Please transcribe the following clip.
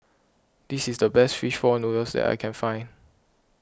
this is the best Fish Ball Noodles that I can find